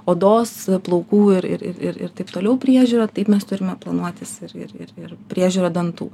odos plaukų ir ir ir ir taip toliau priežiūrą taip mes turime planuotis ir ir ir priežiūrą dantų